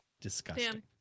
Disgusting